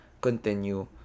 continue